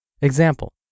Example